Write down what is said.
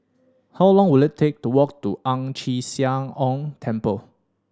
how long will it take to walk to Ang Chee Sia Ong Temple